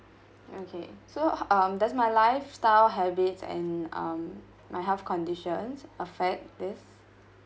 okay so um does my lifestyle habits and um my health conditions affect this